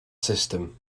system